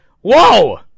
whoa